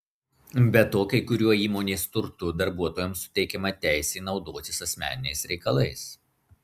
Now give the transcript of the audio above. be to kai kuriuo įmonės turtu darbuotojams suteikiama teisė naudotis asmeniniais reikalais